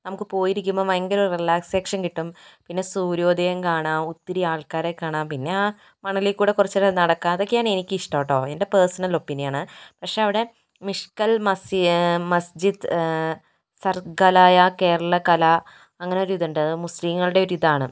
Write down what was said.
നമുക്ക് പോയിരിക്കുമ്പോൾ ഭയങ്കര റിലാക്സേക്ഷൻ കിട്ടും പിന്നെ സൂര്യോദയം കാണാം ഒത്തിരി ആൾക്കാരെ കാണാം പിന്നെ ആ മണലിൽക്കൂടി കുറച്ച് നേരം നടക്കാം അതൊക്കെയാണ് എനിക്ക് ഇഷ്ടം കേട്ടോ എൻ്റെ പേഴ്സണൽ ഒപ്പീനിയനാണ് പക്ഷേ അവിടെ മിഷ്കൽ മസീ മസ്ജിദ് സർഗലയ കേരളകലാ അങ്ങനെ ഒര് ഇതുണ്ട് അത് മുസ്ലീങ്ങളുടെ ഒരു ഇതാണ്